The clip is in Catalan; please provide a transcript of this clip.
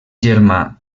germà